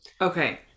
Okay